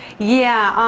yeah.